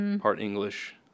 part-English